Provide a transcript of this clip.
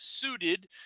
suited